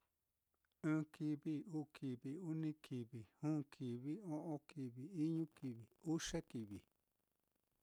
Ɨ́ɨ́n kivi, uu kivi, uni kivi, juu kivi, o'on kivi, iñu kivi, uxe kivi.